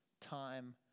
time